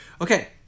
Okay